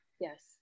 Yes